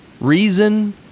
reason